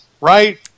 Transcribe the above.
Right